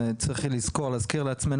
אתם צריכים להזכיר לעצמכם,